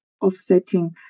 offsetting